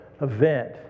event